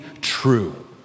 true